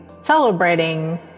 celebrating